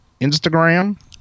Instagram